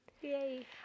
Yay